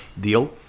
deal